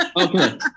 Okay